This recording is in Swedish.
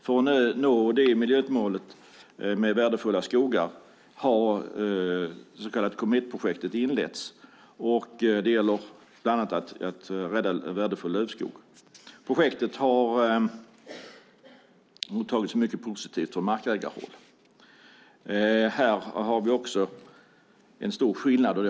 För att nå miljömålet om att skydda värdefulla skogar har det så kallade Kometprojektet inletts. Bland annat gäller det att rädda värdefull lövskog. Projektet har mottagits mycket positivt från markägarhåll. Här finns det en stor skillnad.